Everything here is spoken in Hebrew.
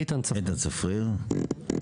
תודה, אני תכף צריך ללכת.